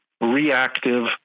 reactive